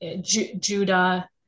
Judah